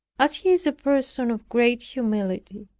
as he is a person of great humility,